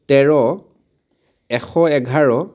তেৰ এশ এঘাৰ